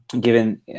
Given